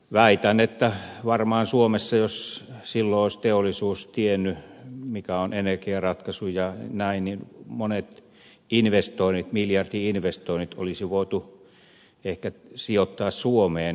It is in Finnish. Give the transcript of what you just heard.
väitän että varmaan suomessa jos silloin olisi teollisuus tiennyt mikä on energiaratkaisu ja näin niin monet investoinnit miljardi investoinnit olisi voitu ehkä sijoittaa suomeen